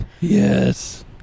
Yes